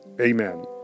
Amen